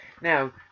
Now